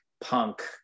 punk